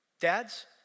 dads